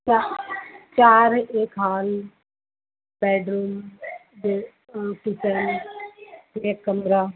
चा चार एक हाल बेडरूम फिर किचन एक कमरा